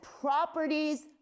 properties